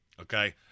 Okay